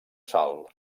sal